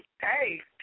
Hey